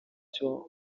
icyo